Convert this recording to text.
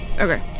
Okay